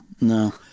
no